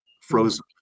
frozen